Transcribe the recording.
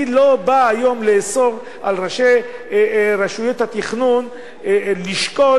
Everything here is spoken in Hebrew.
אני לא בא היום לאסור על ראשי רשויות התכנון לשקול